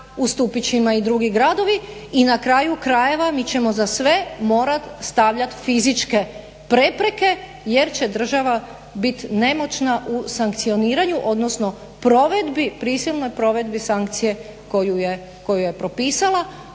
u stupićima i drugi gradovi i na kraju krajeva mi ćemo za sve morat stavljat fizičke prepreke jer će država bit nemoćna u sankcioniranju, odnosno provedbi, prisilnoj provedbi sankcije koju je propisala.